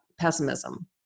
pessimism